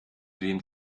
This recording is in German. wem